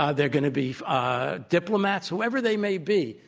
ah they're going to be ah diplomats, whoever they may be,